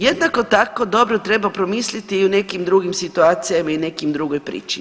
Jednako tako dobro treba promisliti i u nekim drugim situacijama i u nekoj drugoj priči.